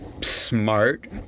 smart